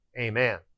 amen